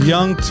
Young